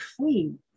clean